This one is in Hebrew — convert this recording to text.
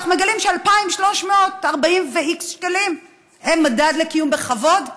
אנחנו מגלים ש-2,340 ו-x שקלים הם מדד לקיום בכבוד.